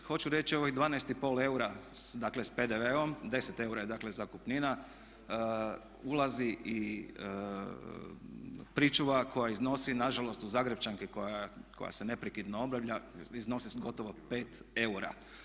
Hoću reći, ovih 12,5 eura, dakle sa PDV-om, 10 eura je dakle zakupnina ulazi i pričuva koja iznosi nažalost u Zagrepčanki koja se neprekidno obnavlja iznosi gotovo 5 eura.